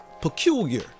peculiar